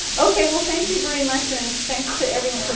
okay, well thank you very much and thanks to everyone.